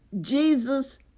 Jesus